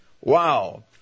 Wow